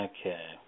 Okay